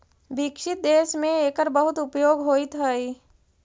विकसित देश में एकर बहुत उपयोग होइत हई